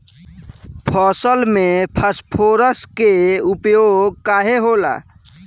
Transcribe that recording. फसल में फास्फोरस के उपयोग काहे होला?